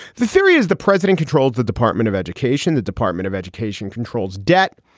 the theory is the president controls the department of education. the department of education controls debt.